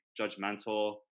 judgmental